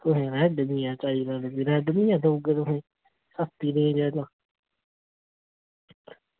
तुसें रेडमी चाहिदा ते फ्ही रेडमी गै देई ओड़गे तुसेंई सस्ते देई ओड़गे यरा